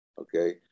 okay